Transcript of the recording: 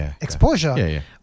exposure